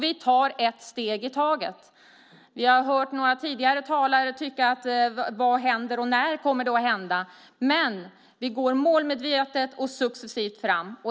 Vi tar ett steg i taget. Vi har hört några tidigare talare fråga vad som händer och när det kommer att hända. Men vi går målmedvetet och successivt fram.